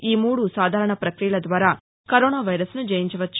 ఈ మూడు సాధారణ ప్రక్రియల ద్వారా కరోనా వైరస్ను జయించవచ్చు